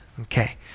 Okay